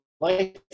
life